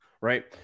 Right